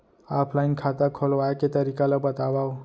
Offline खाता खोलवाय के तरीका ल बतावव?